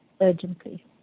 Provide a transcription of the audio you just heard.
urgently